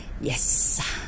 yes